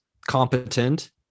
competent